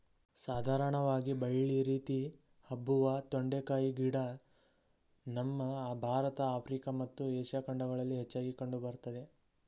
ಸಾಧಾರಣವಾಗಿ ಬಳ್ಳಿ ರೀತಿ ಹಬ್ಬುವ ತೊಂಡೆಕಾಯಿ ಗಿಡ ನಮ್ಮ ಭಾರತ ಆಫ್ರಿಕಾ ಮತ್ತು ಏಷ್ಯಾ ಖಂಡಗಳಲ್ಲಿ ಹೆಚ್ಚಾಗಿ ಕಂಡು ಬರ್ತದೆ